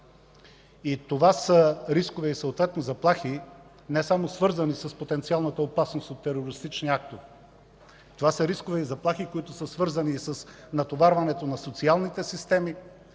Това са рискове и съответно заплахи не само свързани с потенциалната опасност от терористични актове. Това са рискове и заплахи, които са свързани и с натоварването на социалните системи,